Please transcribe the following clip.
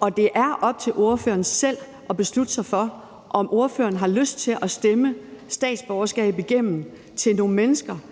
Og det er op til ordføreren selv at beslutte sig for, om ordføreren har lyst til at stemme statsborgerskab igennem til nogle mennesker,